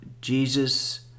Jesus